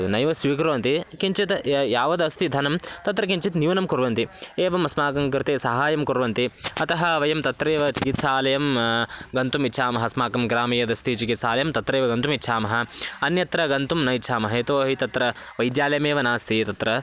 नैव स्वीकुर्वन्ति किञ्चित् या यावदस्ति धनं तत्र किञ्चित् न्यूनं कुर्वन्ति एवम् अस्माकङ्कृते सहायं कुर्वन्ति अतः वयं तत्रैव चिकित्सालयं गन्तुम् इच्छामः अस्माकं ग्रामे यदस्ति चिकित्सालयं तत्रैव गन्तुम् इच्छामः अन्यत्र गन्तुं न इच्छामः यतोहि तत्र वैद्यालयमेव नास्ति तत्र